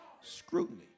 Scrutiny